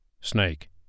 Snake